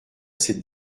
cette